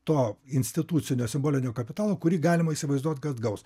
to institucinio simbolinio kapitalo kurį galima įsivaizduot kad gaus